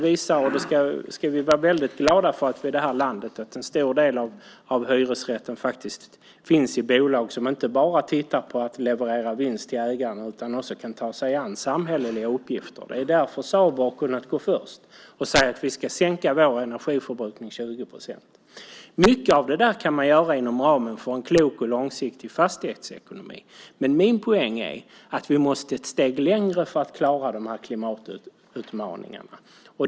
Vi ska vara väldigt glada i det här landet för att en stor del av hyresrätten faktiskt finns i bolag som inte bara tittar på att leverera vinst till ägaren utan också kan ta sig an samhälleliga uppgifter. Det är därför Sabo har kunnat gå först och säga att de ska sänka sin energiförbrukning med 20 procent. Mycket av det kan man göra inom ramen för en klok och långsiktig fastighetsekonomi. Men min poäng är att vi måste ett steg längre för att klara klimatutmaningarna.